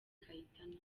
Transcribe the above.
kayitana